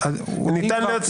אם כבר,